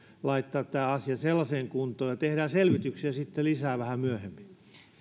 laittaa tämä asia kuntoon tehdään selvityksiä sitten lisää vähän myöhemmin